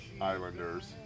Islanders